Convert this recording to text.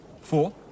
Four